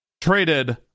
traded